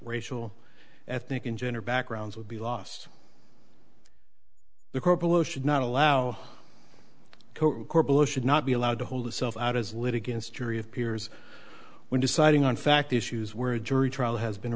racial ethnic and gender backgrounds would be lost the court below should not allow coach should not be allowed to hold itself out as litigants a jury of peers when deciding on fact issues where a jury trial has been